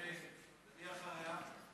ומי אחריה?